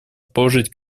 положить